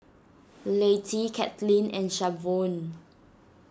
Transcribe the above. Lettie Katlyn and Shavonne